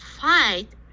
fight